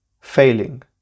failing